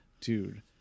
Dude